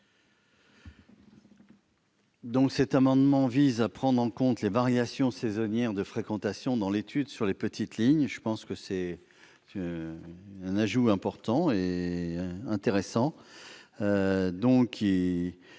? Cet amendement vise à prendre en compte les variations saisonnières de fréquentation dans l'étude sur les petites lignes. C'est un ajout intéressant,